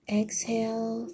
exhale